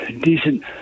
decent